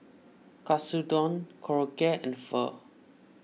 Katsudon Korokke and Pho